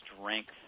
strength